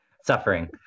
suffering